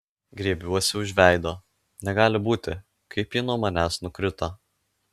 griebiuosi už veido negali būti kaip ji nuo manęs nukrito